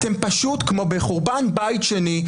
פשוט כמו בחורבן בית שני,